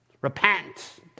Repent